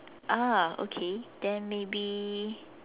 ah okay then maybe